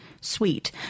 sweet